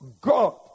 God